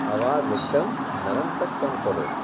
آواز ایک دم نرم تک کم کرو